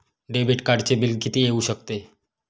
Debit कार्डचे bill किती येऊ शकते?